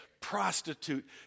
prostitute